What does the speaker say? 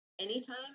anytime